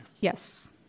Yes